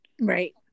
Right